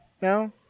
now